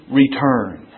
return